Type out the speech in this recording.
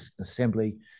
assembly